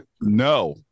No